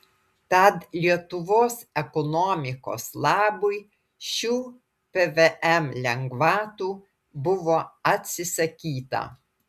tad lietuvos ekonomikos labui šių pvm lengvatų buvo atsisakyta